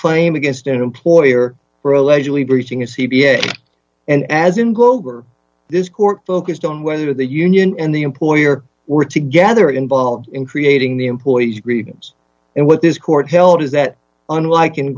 claim against an employer for allegedly breaching a c b s and as in go over this court focused on whether the union and the employer were to get other involved in creating the employees greetings and what this court held is that unlike